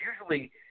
Usually